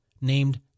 named